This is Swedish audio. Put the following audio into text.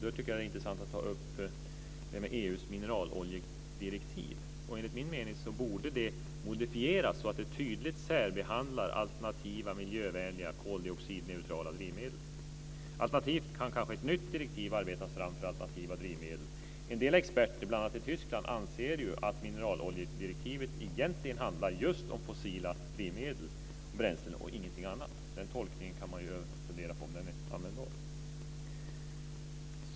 Det är då intressant att ta upp frågan om EU:s miljöoljedirektiv. Enligt min mening borde det modifieras så att det tydligt särbehandlar alternativa miljövänliga koldioxidneutrala drivmedel. Alternativt kan kanske ett nytt direktiv arbetas fram för alternativa drivmedel. En del experter, bl.a. i Tyskland, anser ju att mineraloljedirektivet egentligen handlar om just fossila drivmedel och bränslen, och ingenting annat. Man kan ju fundera på om den tolkningen är användbar.